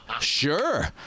sure